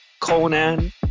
Conan